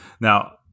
now